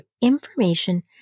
information